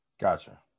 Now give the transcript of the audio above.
Gotcha